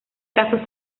casos